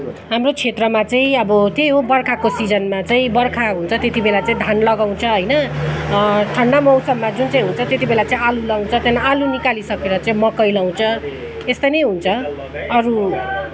हाम्रो क्षेत्रमा चाहिँ अब त्यही हो बर्खाको सिजनमा चाहिँ बर्खा हुन्छ त्यति बेला चाहिँ धान लगाउँछ होइन ठन्डा मौसममा जुन चाहिँ हुन्छ त्यति बेला चाहिँ आलु लाउँछ त्यहाँदेखि आलु निकालिसकेर चाहिँ मकै लाउँछ यस्तै नै हुन्छ अरू